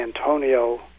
Antonio